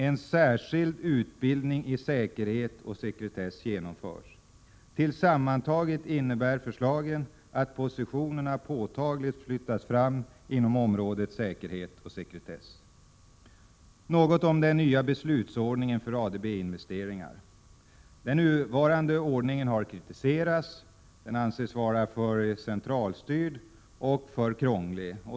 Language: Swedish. En särskild utbildning i säkerhet och sekretess genomförs. Sammantaget innebär förslagen att positionerna flyttas fram påtagligt inom området säkerhet och sekretess. Regeringen har vidare ett förslag om ny beslutsordning för ADB investeringar. Den nuvarande ordningen har kritiserats. Den anses vara för centralstyrd och för krånglig.